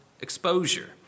exposure